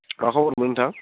मा खबर नोंथां